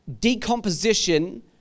decomposition